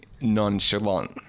nonchalant